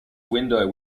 window